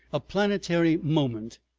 a planetary moment,